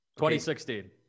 2016